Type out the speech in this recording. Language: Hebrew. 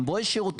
גם בו יש שירותים.